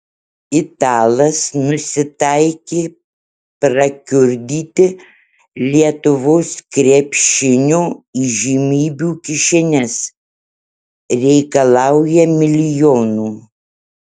italas nusitaikė prakiurdyti lietuvos krepšinio įžymybių kišenes reikalauja milijonų